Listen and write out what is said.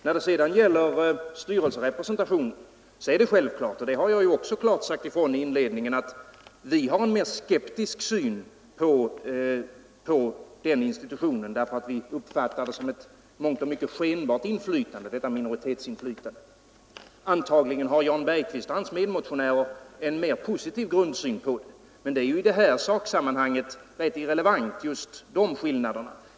När det sedan gäller styrelserepresentation är det självklart — det har jag också klart sagt ifrån i inledningen — att vi har en mer skeptisk syn på den institutionen, därför att vi uppfattar detta minoritetsinflytande som ett i mångt och mycket skenbart inflytande. Antagligen har Jan Bergqvist och hans medmotionärer en mer positiv grundsyn härvidlag. Men just de skillnaderna är ju i detta saksammanhang rätt irrelevanta.